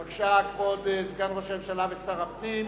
בבקשה, כבוד סגן ראש הממשלה ושר הפנים.